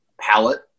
palette